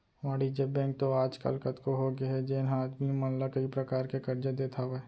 वाणिज्य बेंक तो आज काल कतको होगे हे जेन ह आदमी मन ला कई परकार के करजा देत हावय